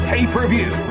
Pay-Per-View